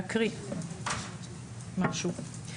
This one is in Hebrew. להקריא משהו.